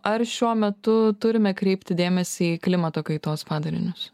ar šiuo metu turime kreipti dėmesį į klimato kaitos padarinius